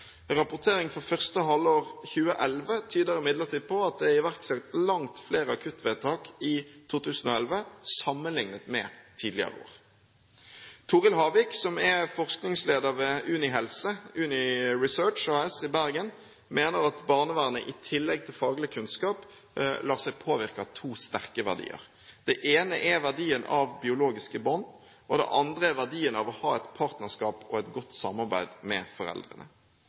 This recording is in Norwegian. Rapportering fra første halvår 2011 tyder imidlertid på at det er iverksatt langt flere akuttvedtak i 2011 sammenliknet med tidligere år. Toril Havik, som er forskningsleder ved Uni helse Uni Research AS i Bergen, mener at barnevernet i tillegg til faglig kunnskap lar seg påvirke av to sterke verdier: Det ene er verdien av biologiske bånd, og det andre er verdien av å ha et partnerskap og et godt samarbeid med foreldrene.